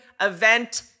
Event